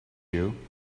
you